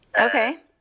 okay